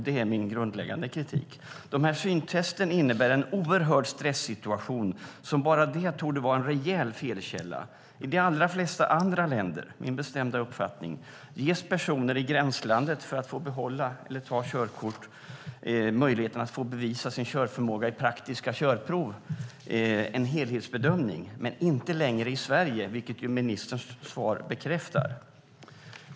Det är min grundläggande kritik. Dessa syntest innebär en oerhörd stressituation som bara det torde vara en rejäl felkälla. I de allra flesta andra länder - det är min bestämda uppfattning - ges personer i gränslandet för att få behålla eller ta körkort möjligheten att få bevisa sin körförmåga i praktiska körprov och utifrån en helhetsbedömning. Men så är det inte längre i Sverige, vilket ministerns svar bekräftar.